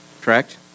Correct